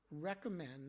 recommend